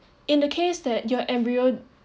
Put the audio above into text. in the case that your embryo